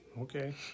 Okay